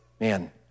man